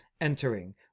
entering